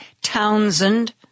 Townsend